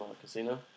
Casino